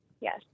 Yes